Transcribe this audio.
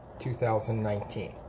2019